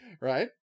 right